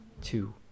two